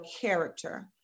character